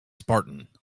spartan